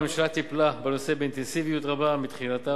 הממשלה טיפלה בנושא באינטנסיביות רבה מתחילתה,